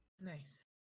Nice